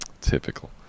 Typical